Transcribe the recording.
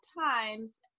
times